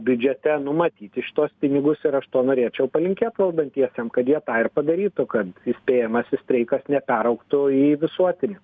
biudžete numatyti šituos pinigus ir aš to norėčiau palinkėt valdantiesiem kad jie tą ir padarytų kad įspėjamasis streikas neperaugtų į visuotinį